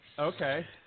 Okay